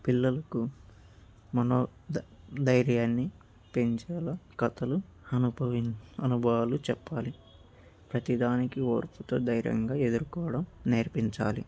పిల్లలకు మనో ధైర్యాన్ని పెంచేలాగ కథలు అనుభ అనుభవాలు చెప్పాలి ప్రతిదానికి ఓర్పుతో ధైర్యంగా ఎదుర్కోవడం నేర్పించాలి